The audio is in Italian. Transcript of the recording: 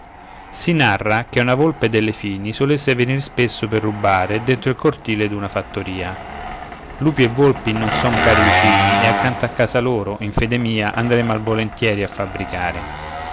si narra che una volpe delle fini solesse venir spesso per rubare dentro il cortile d'una fattoria lupi e volpi non son cari vicini e accanto a casa loro in fede mia andrei malvolentieri a fabbricare